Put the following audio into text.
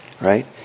right